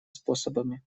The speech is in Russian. способами